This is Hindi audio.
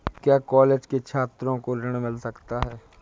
क्या कॉलेज के छात्रो को ऋण मिल सकता है?